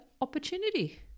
opportunity